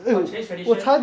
but chinese tradition